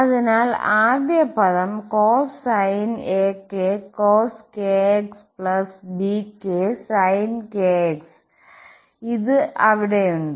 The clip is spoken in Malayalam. അതിനാൽആദ്യ പദം cos sin ak cosbk sin അത് അവിടെയുണ്ട്